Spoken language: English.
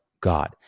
God